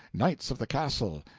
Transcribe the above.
knights of the castle,